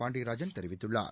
பாண்டியராஜன் தெரிவித்துள்ளார்